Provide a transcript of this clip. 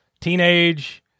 teenage